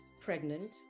pregnant